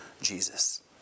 Jesus